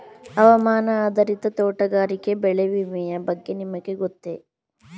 ಹವಾಮಾನ ಆಧಾರಿತ ತೋಟಗಾರಿಕೆ ಬೆಳೆ ವಿಮೆಯ ಬಗ್ಗೆ ನಿಮಗೆ ಗೊತ್ತೇ?